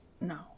No